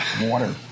water